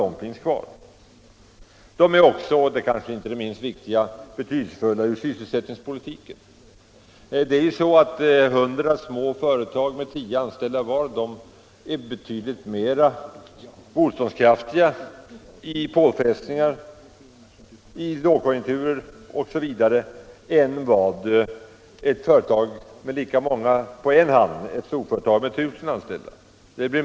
De små företagen är också — det kanske inte minst viktiga — betydelsefulla från sysselsättningspolitisk synpunkt. 100 små företag med tio anställda var är betydligt mer motståndskraftiga mot påfrestningar i en lågkonjunktur än ett stort företag med 1 000 anställda.